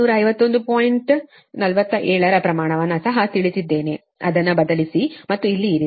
47 ರ ಪ್ರಮಾಣವನ್ನು ಸಹ ತಿಳಿದಿದ್ದೇನೆ ಅದನ್ನು ಬದಲಿಸಿ ಮತ್ತು ಇಲ್ಲಿ ಇರಿಸಿ